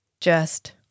just-